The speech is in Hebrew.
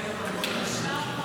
רגע,